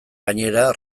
gainera